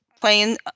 playing